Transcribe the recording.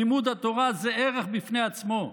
לימוד התורה זה ערך בפני עצמו,